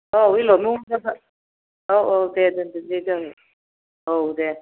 औ दे दोनदो दे जागोन औ दे